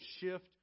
shift